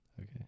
Okay